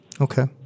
Okay